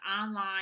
online